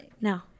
No